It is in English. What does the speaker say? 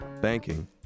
Banking